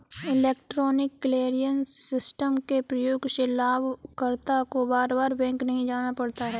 electronic clearance system के प्रयोग से लाभकर्ता को बार बार बैंक नहीं जाना पड़ता है